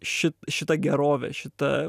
šit šita gerovė šita